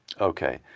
Okay